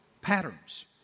Patterns